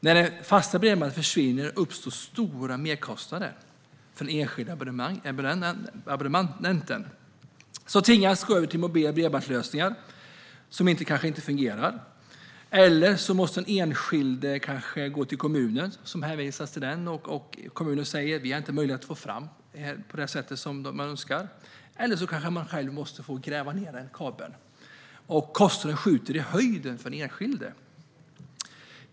När det fasta bredbandet försvinner uppstår stora merkostnader för den enskilde abonnenten, som tvingas gå över till mobila bredbandslösningar som kanske inte fungerar eller möjligen hänvisas till kommunen, som säger att den inte har möjlighet att få fram det här på det sätt som önskas. Kanske måste man själv gräva ned en kabel. Kostnaderna skjuter då i höjden för den enskilde.